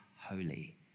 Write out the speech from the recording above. holy